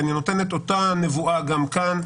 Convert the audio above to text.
אני נותן את אותה נבואה גם כאן.